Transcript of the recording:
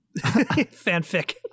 fanfic